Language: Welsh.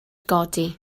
godi